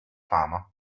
fama